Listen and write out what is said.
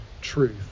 truth